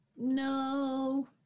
No